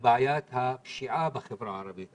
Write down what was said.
לבעיית הפשיעה בחברה הערבית.